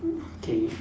okay